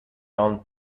round